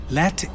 let